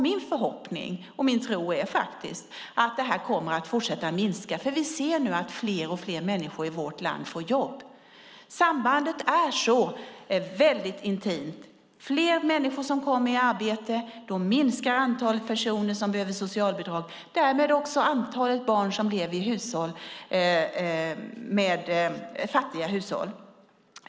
Min förhoppning och tro är faktiskt att detta kommer att fortsätta minska, för vi ser nu att fler och fler människor i vårt land får jobb. Sambandet är så väldigt intimt: När fler människor kommer i arbete minskar antalet personer som behöver socialbidrag och därmed också antalet barn som lever i fattiga hushåll.